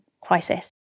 crisis